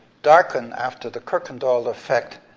darken, after the kirkendall effect,